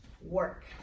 work